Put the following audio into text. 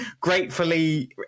gratefully